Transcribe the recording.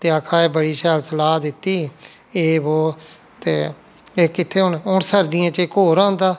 ते आक्खा दा बड़ी शैल सलाह दित्ती एह् बो ते एह् कित्थै हून हून सर्दियें च इक होर औंदा